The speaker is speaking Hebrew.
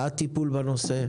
בעד טיפול בנושא.